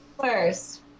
first